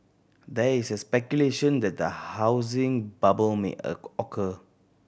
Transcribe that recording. there is speculation that a housing bubble may occur